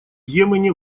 йемене